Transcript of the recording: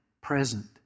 present